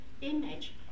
image